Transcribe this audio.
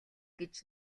гэж